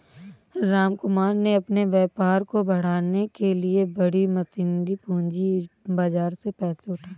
रामकुमार ने अपने व्यापार को बढ़ाने के लिए बड़ी मशीनरी पूंजी बाजार से पैसे उठाए